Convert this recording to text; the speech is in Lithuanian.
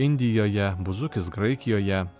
indijoje buzukis graikijoje